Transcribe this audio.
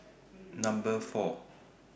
Number four